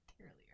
earlier